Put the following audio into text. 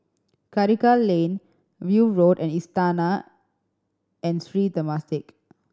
Karikal Lane View Road and Istana and Sri Temasek